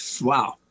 Wow